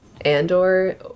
Andor